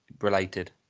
related